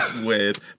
weird